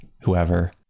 whoever